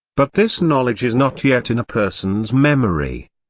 but this knowledge is not yet in a person's memory.